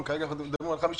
אבל כרגע מדברים על 50